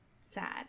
sad